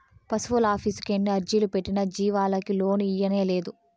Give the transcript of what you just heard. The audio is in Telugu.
పశువులాఫీసుకి ఎన్ని అర్జీలు పెట్టినా జీవాలకి లోను ఇయ్యనేలేదు